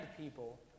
people